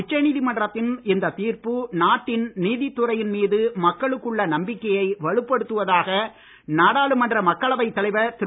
உச்சநீதிமன்றத்தின் இந்த தீர்ப்பு நாட்டின் நீதித் துறையின் மீது மக்களுக்குள்ள நம்பிக்கையை வலுப்படுத்துவதாக நாடாளுமன்ற மக்களவைத் தலைவர் திரு